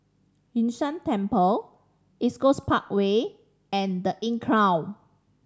Yun Shan Temple East Coast Parkway and The Inncrowd